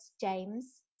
James